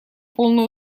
полный